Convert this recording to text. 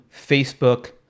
Facebook